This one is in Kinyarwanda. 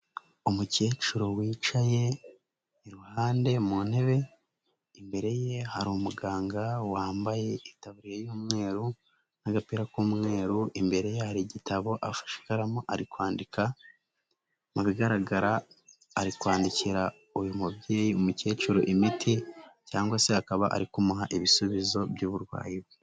Umukecuru wicaye iruhande mu ntebe, imbere ye hari umuganga wambaye itaburiye y'umweru n'agapira k'umweru, imbere hari igitabo afashe ikaramu ari kwandika mu bigaragara ari kwandikira uyu mubyeyi umukecuru imiti cyangwa se akaba ari kumuha ibisubizo by'uburwayi bwe.